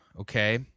okay